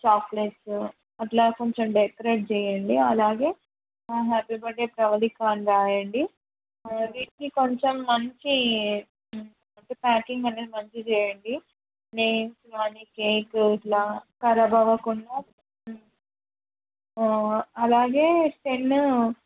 chocolates అట్లా కొంచెం decorate చేయండి అలాగే హ్యాపీ బర్త్డే ప్రవళిక అని రాయండి వీటిని కొంచెం మంచి ప్యాకింగ్ అనేది మంచిగా చేయండి నేమ్స్ కానీ కేక్ ఇలా కారాబ్ అవ్వకుండా అలాగే టెన్